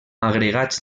agregats